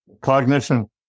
Cognition